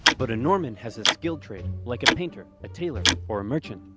but a norman has a skilled trade, like a painter, a tailor or a merchant.